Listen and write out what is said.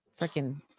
freaking